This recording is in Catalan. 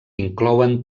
inclouen